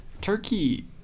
Turkey